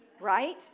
right